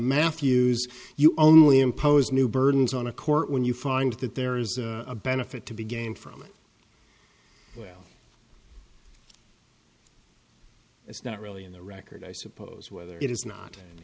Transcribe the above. matthews you only impose new burdens on a court when you find that there's a benefit to be gained from it well it's not really in the record i suppose whether it is not